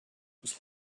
was